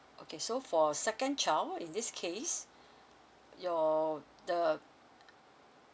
okay so for second child in this case your the